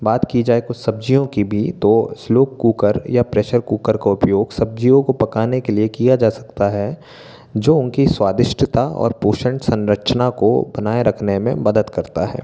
बात की जाए कुछ सब्ज़ियों की भी तो स्लो कूकर या प्रैशर कूकर का उपयोग सब्ज़ियों को पकाने के लिए किया जा सकता है जो उनकी स्वादिष्टता और पोषण संरचना को बनाए रखने में मदद करता है